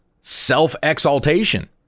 self-exaltation